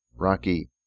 Rocky